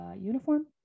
uniform